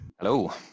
Hello